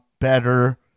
better